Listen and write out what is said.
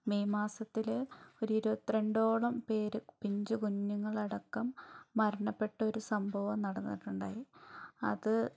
May മാസത്തിൽ ഒരു ഇരുപത്തിരണ്ടോളം പേര് പിഞ്ചുകുഞ്ഞുങ്ങളടക്കം മരണപ്പെട്ടൊരു സംഭവം നടന്നിട്ടുണ്ടായി അത്